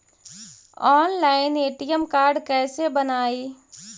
Online ATM card कैसे बनाई?